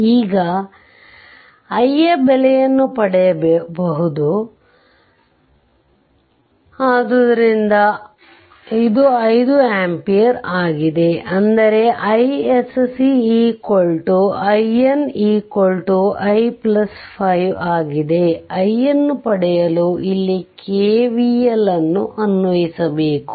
ಈಗ i ಯ ಬೆಲೆಯನ್ನು ಪಡೆಯಬಕು ಆದ್ದರಿಂದ ಇದು 5 ampere ಆಗಿದೆ ಅಂದರೆ iSC INi 5 ಆಗಿದೆ i ನ್ನು ಪಡೆಲು ಇಲ್ಲಿ K V L ಅನ್ವಯಿಸಬೇಕು